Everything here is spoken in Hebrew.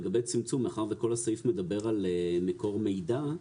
לגבי צמצום, מאחר וכל הסעיף מדבר על מקור מידע,